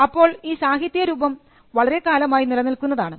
അപ്പോൾ ഈ സാഹിത്യരൂപം വളരെ കാലമായി നിലനിൽക്കുന്നതാണ്